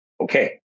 okay